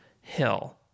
hill